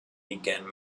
began